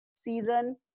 season